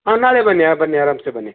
ಹಾಂ ನಾಳೆ ಬನ್ನಿ ಬನ್ನಿ ಆರಾಮ್ಸೆ ಬನ್ನಿ